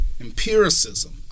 empiricism